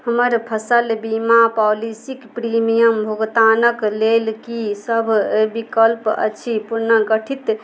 हमर फसल बीमा पॉलिसीक प्रीमियम भुगतानक लेल की सभ बिकल्प अछि पुनर्गठित